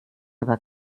aber